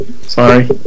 Sorry